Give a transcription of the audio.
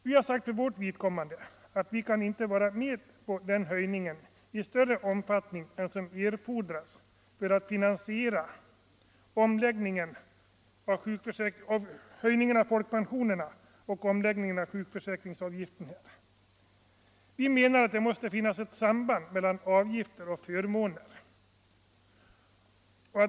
Vi har sagt att vi inte kan vara med på en sådan höjning i större utsträckning än som erfordras för att finansiera pensionsålders sänkningen, höjningen av folkpensionerna m.m. Vi menar att det måste : finnas ett samband mellan avgifter och förmåner.